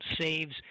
saves